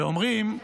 ואומרים,